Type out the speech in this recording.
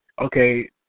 Okay